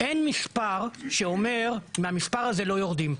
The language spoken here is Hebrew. אין מספר שאומר מהמספר הזה לא יורדים.